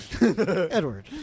Edward